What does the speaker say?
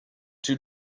two